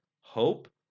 hope